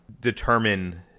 determine